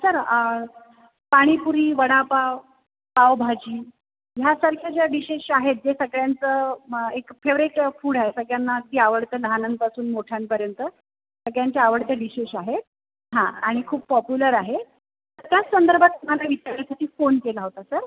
sir panipuri vada pav pav bhaji ह्या सारख्या ज्या डीशेश आहेत जे सगळ्यांचं म एक फेवरेट फूड आहे सगळ्यांना ते आवडतं लहानांपासून मोठ्यांपर्यंत सगळ्यांच्या आवडत्या डीशेश आहेत हा आणि खूप पॉप्युलर आहेत त्याचसंदर्भात तुम्हाला विचारायसाठी फोन केला होता सर